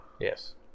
Yes